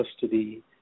Custody